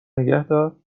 نگهدار